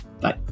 Bye